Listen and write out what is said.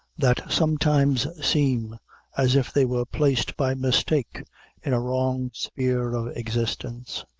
that sometimes seem as if they were placed by mistake in a wrong sphere of existence.